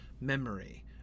memory